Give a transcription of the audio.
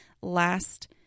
last